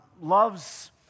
loves